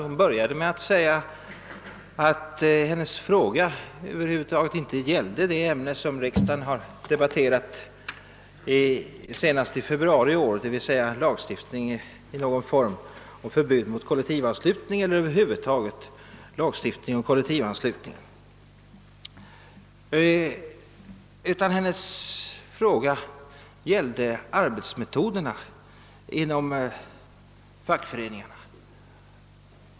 Hon började med att säga att hennes fråga över huvud taget inte gällde det ämne som riksdagen debatterade senast i februari i år, nämligen en lagstiftning i någon form om förbud mot eller begränsning av kollektivanslutningen, utan hennes fråga gällde arbetsmetoderna inom fackföreningarna.